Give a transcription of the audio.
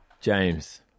James